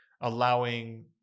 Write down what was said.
allowing